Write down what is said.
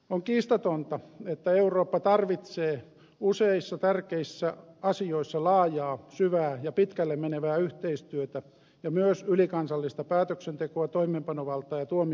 on kiistatonta että eurooppa tarvitsee useissa tärkeissä asioissa laajaa syvää ja pitkälle menevää yhteistyötä ja myös ylikansallista päätöksentekoa toimeenpanovaltaa ja tuomiovaltaa